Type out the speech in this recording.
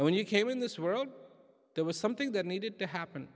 and when you came in this world there was something that needed to happen